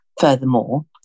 furthermore